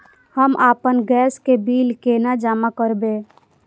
हम आपन गैस के बिल केना जमा करबे?